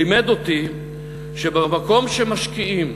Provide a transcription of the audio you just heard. לימדו אותי שבמקום שמשקיעים,